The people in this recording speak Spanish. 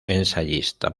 ensayista